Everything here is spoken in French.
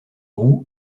roux